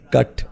Cut